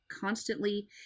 constantly